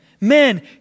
men